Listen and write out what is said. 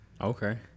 Okay